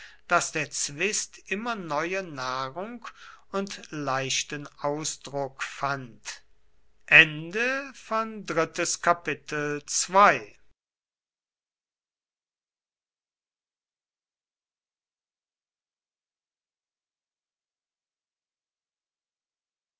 daß der zwist immer neue nahrung und leichten ausdruck fand